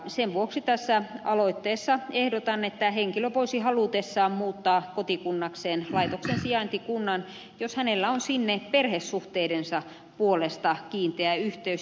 sen vuoksi tässä aloitteessa ehdotan että henkilö voisi halutessaan muuttaa kotikunnakseen laitoksen sijaintikunnan jos hänellä on sinne perhesuhteidensa puolesta kiinteä yhteys